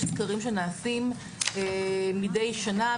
יש סקרים שנעשים מדי שנה,